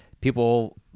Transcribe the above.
people